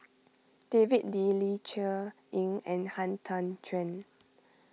David Lee Ling Cher Eng and Han Tan Juan